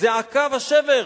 זעקה ושבר: